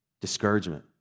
Discouragement